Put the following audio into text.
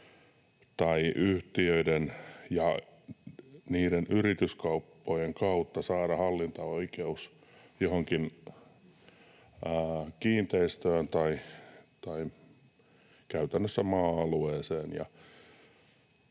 tai yhtiöiden ja yrityskauppojen kautta saada hallintaoikeus johonkin kiinteistöön, käytännössä maa-alueeseen.